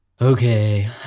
Okay